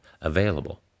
available